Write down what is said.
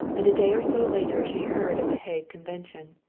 and a day or so later she heard of the hague convention.